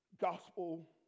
gospel